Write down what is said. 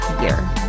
year